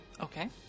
Okay